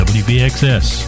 wbxs